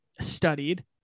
studied